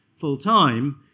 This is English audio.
full-time